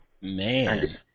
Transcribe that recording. Man